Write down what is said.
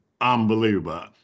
unbelievable